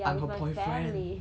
I'm her boyfriend